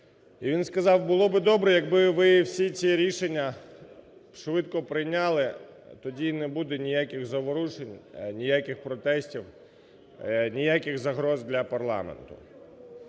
він сказав, було би добре, якби ви всі ці рішення швидко прийняли, і тоді не буде ніяких заворушень, ніяких протестів, ніяких загроз для парламенту.